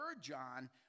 John